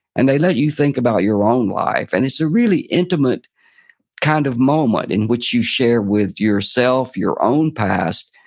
and they let you think about your own life, and it's a really intimate kind of moment in which you share with yourself, your own past,